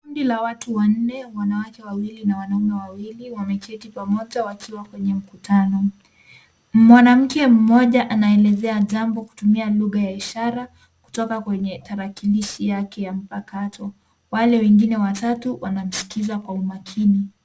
Kundi la watu wanne, wanawake wawili na wanaume wawili, wameketi pamoja wakiwa kwenye mkutano. Mwanamke mmoja anaelezea jambo kutumia lugha ya ishara kutoka kwenye tarakilishi yake ya mpakato. Wale wengine watatu wamsikiza kwa umakini.